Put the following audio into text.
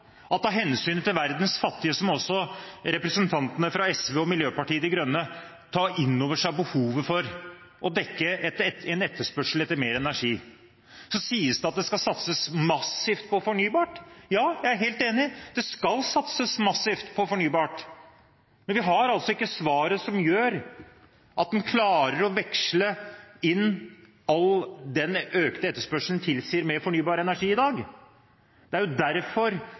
definerte. Av hensyn til verdens fattige må også representantene fra SV og Miljøpartiet De Grønne ta inn over seg behovet for å dekke en etterspørsel etter mer energi. Det sies at det skal satses massivt på fornybar. Ja, jeg er helt enig, det skal satses massivt på fornybart, men vi har altså ikke svaret som gjør at en klarer å veksle inn all den energien den økte etterspørselen tilsier, med fornybar energi i dag. Det er derfor